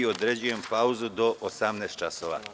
Određujem pauzu do 18,00 časova.